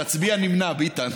תצביע נמנע, ביטן.